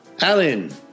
Alan